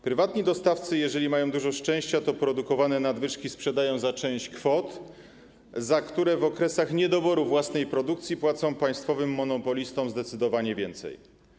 Prywatni dostawcy, jeżeli mają dużo szczęścia, to produkowane nadwyżki sprzedają za część kwot, za które w okresach niedoboru własnej produkcji płacą państwowym monopolistom zdecydowanie więcej.